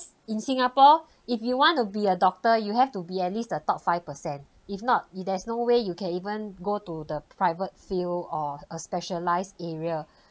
in singapore if you want to be a doctor you have to be at least the top five percent if not it there's no way you can even go to the private field or a specialized area